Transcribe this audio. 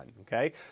okay